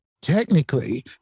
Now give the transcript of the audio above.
technically